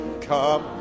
come